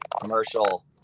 commercial